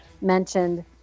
mentioned